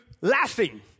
laughing